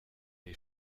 les